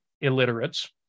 illiterates